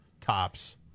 Tops